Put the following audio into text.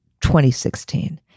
2016